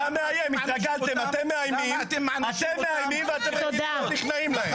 אתם מאיימים ואתם נכנעים להם.